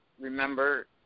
remember